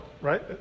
right